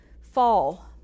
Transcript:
fall